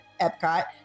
epcot